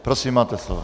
Prosím, máte slovo.